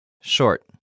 Short